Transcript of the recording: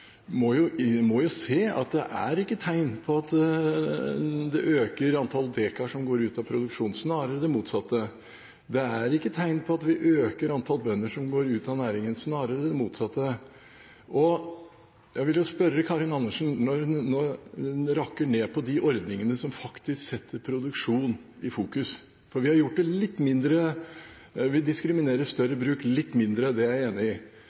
må jo se at det er ingen tegn til at antall dekar som går ut av produksjon, øker – snarere det motsatte. Og det er ingen tegn til at antall bønder som går ut av næringen, øker – snarere det motsatte. Og når Karin Andersen rakker ned på de ordningene som faktisk setter produksjon i fokus – for vi diskriminerer større bruk litt mindre, det er jeg enig i – da vil jeg spørre henne: Er